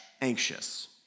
anxious